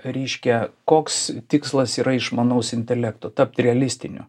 reiškia koks tikslas yra išmanaus intelekto tapt realistiniu